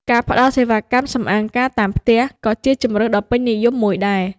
ការផ្ដល់សេវាកម្មសម្អាងការតាមផ្ទះក៏ជាជម្រើសដ៏ពេញនិយមមួយដែរ។